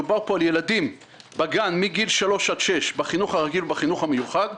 מדובר על ילדי גן מגיל 3 עד 6 בחינוך הרגיל ובחינוך המיוחד.